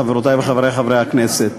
חברותי וחברי חברי הכנסת,